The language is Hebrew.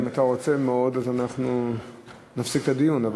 אם אתה רוצה מאוד אנחנו נפסיק את הדיון.